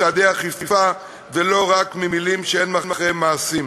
ומודאג אולי מצעדי אכיפה ולא רק ממילים שאין מאחוריהן מעשים.